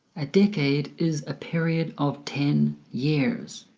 a decade is a period of ten years.